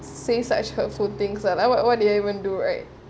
say such hurtful things like what what did I even do right